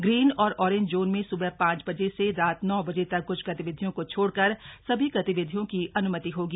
green और orange zone में सुबह पांच बजे से रात नौ बजे तक कुछ गतिविधियों को छोड़कर सभी गतिविधियों की अनुमति होगी